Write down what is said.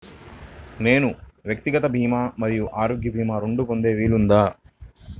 నేను వ్యక్తిగత భీమా మరియు ఆరోగ్య భీమా రెండు పొందే వీలుందా?